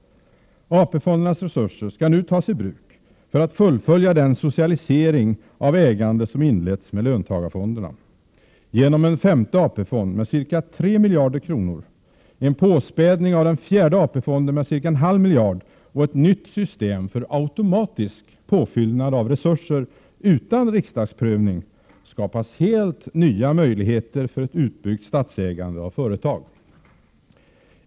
AP-fondernas resurser skall nu tas i bruk för att fullfölja den socialisering av ägande som inletts med löntagarfonderna. Genom en femte AP-fond med ca 3 miljarder kronor, en påspädning av den fjärde AP-fonden med ca 0,5 miljarder kronor och ett nytt system för automatisk påfyllnad av resurser utan riksdagsprövning skapas helt nya möjligheter för ett utbyggt statsägande av företag.